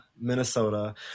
Minnesota